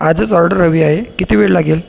आजच ऑर्डर हवी आहे किती वेळ लागेल